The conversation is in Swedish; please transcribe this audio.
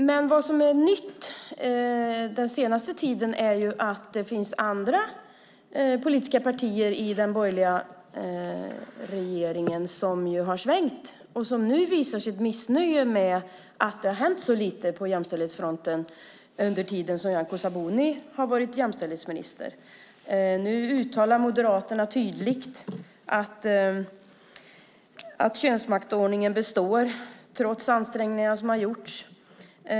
Men vad som är nytt den senaste tiden är att det finns andra politiska partier i den borgerliga regeringen som har svängt och som nu visar sitt missnöje med att det har hänt så lite på jämställdhetsfronten under den tid som Nyamko Sabuni har varit jämställdhetsminister. Nu uttalar Moderaterna tydligt att könsmaktsordningen består trots de ansträngningar som har gjorts.